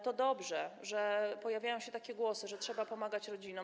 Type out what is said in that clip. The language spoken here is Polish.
To dobrze, że pojawiają się takie głosy, że trzeba pomagać rodzinom.